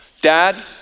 dad